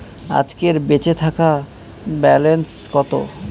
আজকের বেচে থাকা ব্যালেন্স কত?